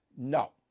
no